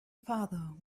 farther